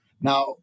now